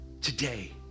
today